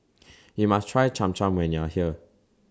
YOU must Try Cham Cham when YOU Are here